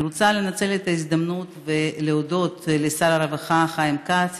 אני רוצה לנצל את ההזדמנות ולהודות לשר הרווחה חיים כץ,